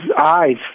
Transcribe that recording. eyes